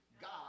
God